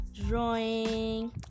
drawing